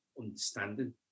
understanding